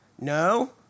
No